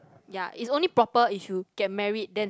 ya is only proper issue get married then have